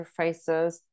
interfaces